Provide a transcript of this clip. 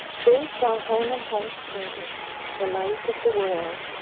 based on holman hunt's painting the light of the world,